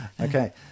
Okay